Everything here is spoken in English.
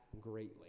greatly